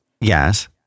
Yes